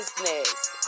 business